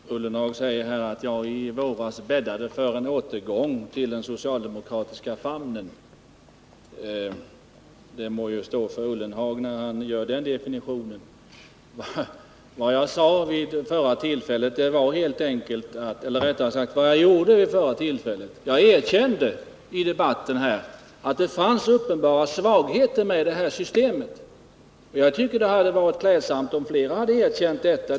Herr talman! Jörgen Ullenhag säger att jag i våras bäddade för en återgång till den socialdemokratiska famnen. Det må stå för honom när han gör den definitionen. Vad jag gjorde vid det tillfället var helt enkelt att jag erkände att det finns uppenbara svagheter i systemet. Jag tycker att det hade varit klädsamt om flera hade erkänt detta.